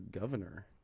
governor